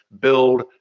build